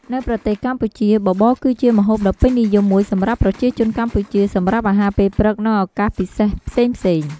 នៅប្រទេសកម្ពុជា បបរគឺជាម្ហូបដ៏ពេញនិយមមួយសម្រាប់ប្រជាជនកម្ពុជា សម្រាប់អាហារពេលព្រឹក និងឱកាសពិសេសផ្សេងៗ។